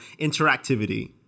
interactivity